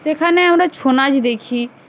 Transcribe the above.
সেখানে আমরা ছৌ নাচ দেখি